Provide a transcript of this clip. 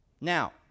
Now